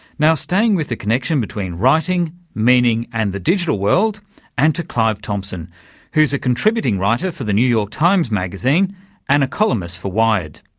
staying with the connection between writing, meaning and the digital world and to clive thompson who's a contributing writer for the new york times magazine and a columnist for wired.